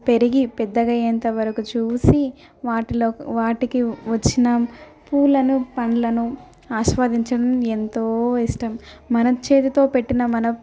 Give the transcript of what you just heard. పెరిగి పెద్దగయ్యేంత వరకు చూసి వాటిలో వాటికి వచ్చిన పూలను పండ్లను ఆస్వాదించడం ఎంతో ఇష్టం మన చేతితో పెట్టిన మన